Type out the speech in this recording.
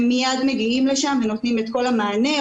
הם מייד מגיעים לשם ונותנים את כל המענה.